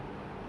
ya